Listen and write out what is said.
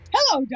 Hello